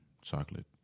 chocolate